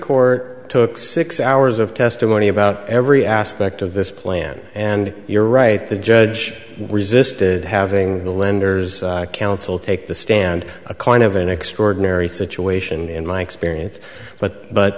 court took six hours of testimony about every aspect of this plan and you're right the judge resisted having the lenders counsel take the stand a kind of an extraordinary situation in my experience but but